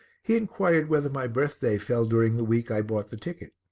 he inquired whether my birthday fell during the week i bought the ticket.